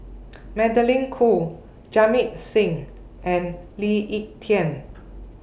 Magdalene Khoo Jamit Singh and Lee Ek Tieng